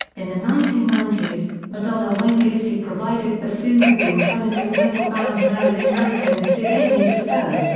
in the nineteen ninety s, madonna wayne gacy provided bassoon for the alternative metal band marilyn manson as did aimee defoe,